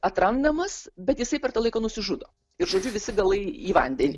atrandamas bet jisai per tą laiką nusižudo ir žodžiu visi galai į vandenį